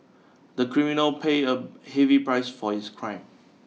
the criminal paid a heavy price for his crime